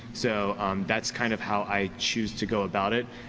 so that's kind of how i choose to go about it.